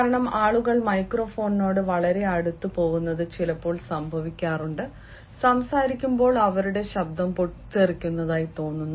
കാരണം ആളുകൾ മൈക്രോഫോണിനോട് വളരെ അടുത്ത് പോകുന്നത് ചിലപ്പോൾ സംഭവിക്കാറുണ്ട് സംസാരിക്കുമ്പോൾ അവരുടെ ശബ്ദം പൊട്ടിത്തെറിക്കുന്നതായി തോന്നുന്നു